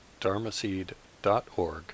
dharmaseed.org